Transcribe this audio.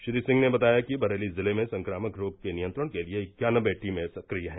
श्री सिंह ने बताया कि बरेली जिले में संक्रामक रोग के नियंत्रण के लिए इक्यानवे टीमें संक्रिय है